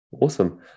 Awesome